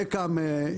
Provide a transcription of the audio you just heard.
בקהאם,